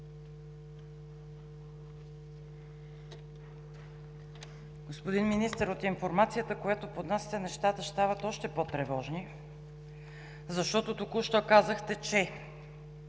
Господин Министър, от информацията, която поднасяте, нещата ще стават още по-тревожни, защото току-що казахте, че